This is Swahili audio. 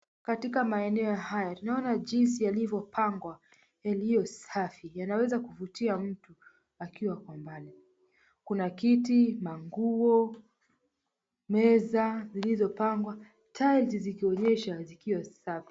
Katika maeneo haya tunaona jinsi yalivyopangwa yaliyo safi yanaweza kuvutia mtu akiwa kwa mbali, kuna kiti, manguo, meza zilizopangwa, tiles zikionyesha zikiwa safi.